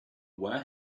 where